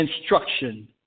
instruction